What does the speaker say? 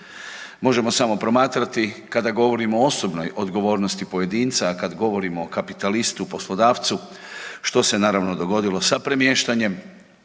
Možemo samo promatrati kada govorimo o osobnoj odgovornosti pojedinca, a kada govorimo o kapitalistu poslodavcu što se naravno dogodilo sa premještanjem